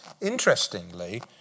Interestingly